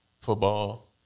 Football